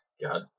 God